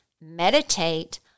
meditate